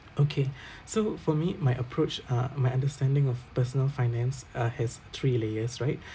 okay so for me my approach uh my understanding of personal finance uh has three layers right